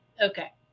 Okay